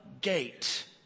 gate